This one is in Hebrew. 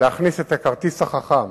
להכניס את הכרטיס החכם